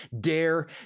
dare